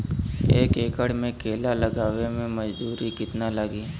एक एकड़ में केला लगावे में मजदूरी कितना लागी?